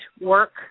work